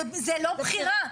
זה לא בחירה,